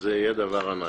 זה יהיה דבר ענק.